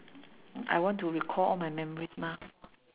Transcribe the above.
I want to recall all my memories mah